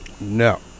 No